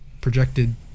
projected